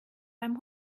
beim